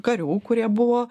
karių kurie buvo